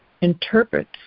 interprets